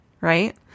right